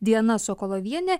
diana sokolovienė